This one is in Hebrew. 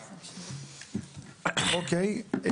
אוקיי.